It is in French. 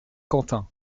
quentin